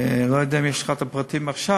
לא יודע אם יש לך את הפרטים עכשיו,